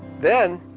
then